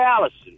Allison